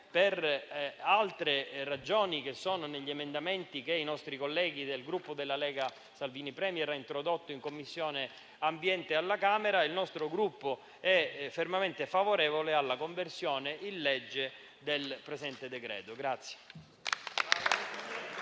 per altre ragioni che sono contenute negli emendamenti che i nostri colleghi del Gruppo Lega-Salvini Premier hanno introdotto in Commissione ambiente alla Camera, il nostro Gruppo è fermamente favorevole alla conversione in legge del presente decreto.